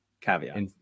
Caveat